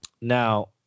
Now